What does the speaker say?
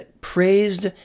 praised